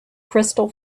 crystal